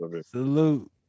Salute